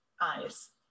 eyes